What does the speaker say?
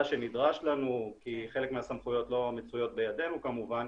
שנדרש לנו כי חלק מהסמכויות לא נמצאות בידינו כמובן,